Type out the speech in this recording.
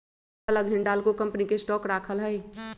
हमरा लग हिंडालको कंपनी के स्टॉक राखल हइ